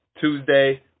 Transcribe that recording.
Tuesday